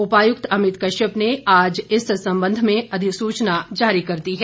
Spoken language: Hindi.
उपायुक्त अमित कश्यप ने आज इस संबंध में अधिसूचना जारी कर दी है